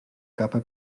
capa